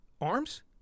arms